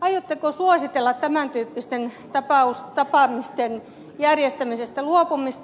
aiotteko suositella tämän tyyppisten tapaamisten järjestämisestä luopumista